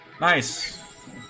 Nice